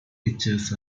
pictures